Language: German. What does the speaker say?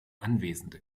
anwesende